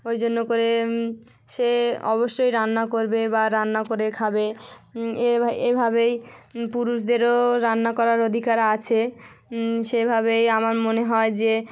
ওই জন্য করে সে অবশ্যই রান্না করবে বা রান্না করে খাবে এভাবেই পুরুষদেরও রান্না করার অধিকার আছে সেভাবেই আমার মনে হয় যে